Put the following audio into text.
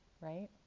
right